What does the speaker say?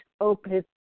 open